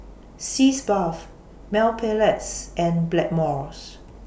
Sitz Bath Mepilex and Blackmores